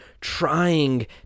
trying